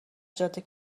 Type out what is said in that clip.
جاده